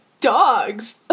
dogs